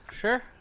sure